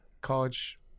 college